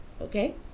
Okay